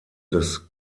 des